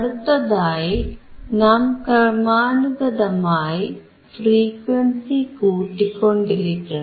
അടുത്തതായി നാം ക്രമാനുഗതമായി ഫ്രീക്വൻസി കൂട്ടിക്കൊണ്ടിരിക്കണം